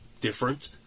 different